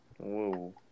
Whoa